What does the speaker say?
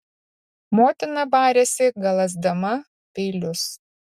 motina barėsi galąsdama peilius